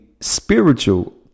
spiritual